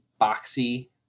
boxy